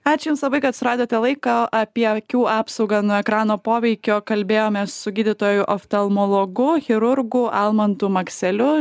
ačiū jums labai kad suradote laiko apie akių apsaugą nuo ekrano poveikio kalbėjomės su gydytoju oftalmologu chirurgu almantu makseliu